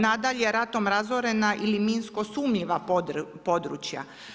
Nadalje, ratom razorena ili minsko sumnjiva područja.